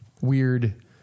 weird